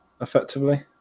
effectively